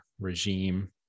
regime